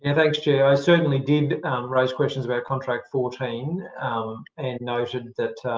and thanks, chair. i certainly did raise questions about contract fourteen and noted that